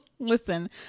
Listen